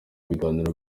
ibiganiro